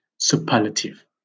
superlative